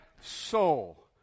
soul